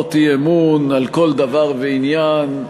הצעות אי-אמון על כל דבר ועניין.